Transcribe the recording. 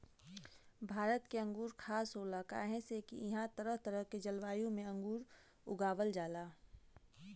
भारत के अंगूर खास होला काहे से की इहां तरह तरह के जलवायु में अंगूर उगावल जाला